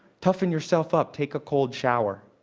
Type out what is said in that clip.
toughen yourself up. take a cold shower.